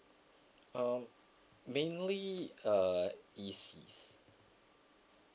um mainly uh E_C's